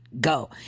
Go